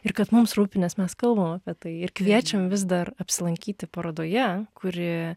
ir kad mums rūpi nes mes kalbam apie tai ir kviečiam vis dar apsilankyti parodoje kuri